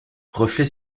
reflet